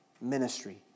ministry